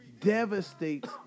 devastates